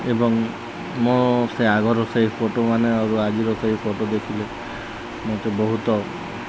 ଏବଂ ମୋ ସେ ଆଗର ସେହି ଫଟୋମାନେ ଆରୁ ଆଜିର ସେହି ଫଟୋ ଦେଖିଲେ ମୋତେ ବହୁତ